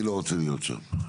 אני לא רוצה להיות שם.